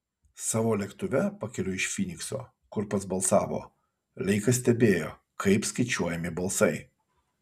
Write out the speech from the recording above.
savo lėktuve pakeliui iš fynikso kur pats balsavo leikas stebėjo kaip skaičiuojami balsai